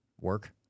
work